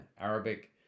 Arabic